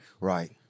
Right